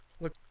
Look